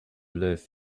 live